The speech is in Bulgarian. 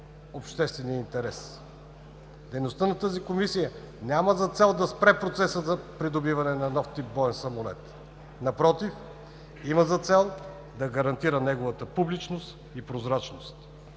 обществения интерес. Дейността на тази Комисия няма за цел да спре процеса за придобиване на нов тип боен самолет, напротив има за цел да гарантира неговата публичност и прозрачност.